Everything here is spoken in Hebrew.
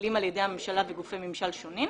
שמופעלים על ידי הממשלה בגופי ממשל שונים.